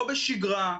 לא בשגרה,